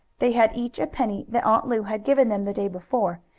they had each a penny that aunt lu had given them the day before,